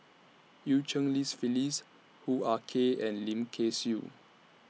EU Cheng Li Phyllis Hoo Ah Kay and Lim Kay Siu